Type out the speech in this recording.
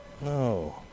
No